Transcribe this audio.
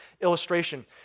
illustration